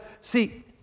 see